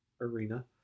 arena